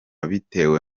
bitewe